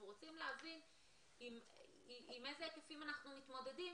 אנחנו רוצים להבין עם איזה היקפים אנחנו מתמודדים